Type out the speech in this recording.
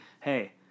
hey